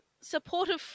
supportive